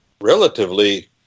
relatively